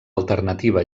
alternativa